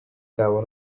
kabo